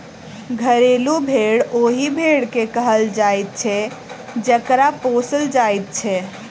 घरेलू भेंड़ ओहि भेंड़ के कहल जाइत छै जकरा पोसल जाइत छै